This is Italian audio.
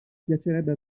piacerebbe